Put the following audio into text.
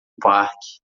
parque